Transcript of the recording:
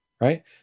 right